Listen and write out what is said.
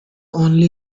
only